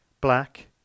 Black